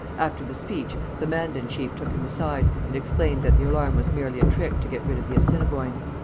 after the speech, the mandan chief took him aside, and explained that the alarm was merely a trick to get rid of the assiniboines.